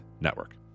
Network